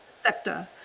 sector